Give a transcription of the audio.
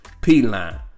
P-Line